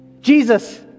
Jesus